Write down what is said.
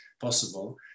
possible